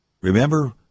Remember